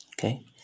Okay